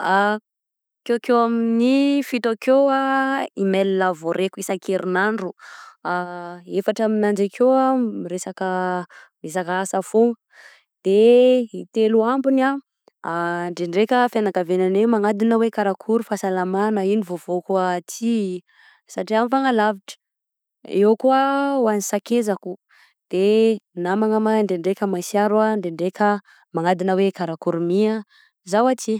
Akeokeo amin'ny fito eo i mail voaraiko isakerinandro efatra amignanjy akeo miresaka resaka asa fôgna de ny telo ambiny, de ndraindraika fianakaviagnanay magnadina hoe karakory fahasalamana, ino vaovaoko aty, satria mifagnalavitra, eo koa ho an'ny sakezakon de namagna moa oe ndraindraika masiaro ndraindraika magnadina hoe karakôry mi zaho aty.